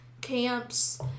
camps